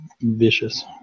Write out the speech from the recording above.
vicious